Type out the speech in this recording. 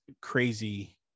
crazy